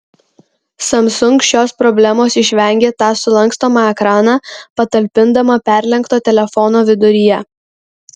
samsung šios problemos išvengė tą sulankstomą ekraną patalpindama perlenkto telefono viduryje